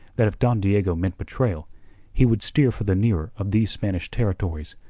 that if don diego meant betrayal he would steer for the nearer of these spanish territories.